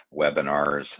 webinars